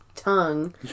tongue